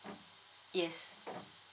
yes